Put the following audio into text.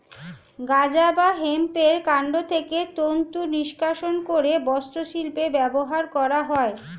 গাঁজা বা হেম্পের কান্ড থেকে তন্তু নিষ্কাশণ করে বস্ত্রশিল্পে ব্যবহার করা হয়